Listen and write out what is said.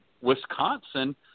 Wisconsin